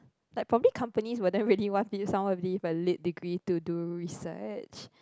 like probably companies will not really want somebody with a lit degree to do research